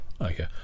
Okay